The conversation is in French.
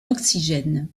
oxygène